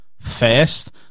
first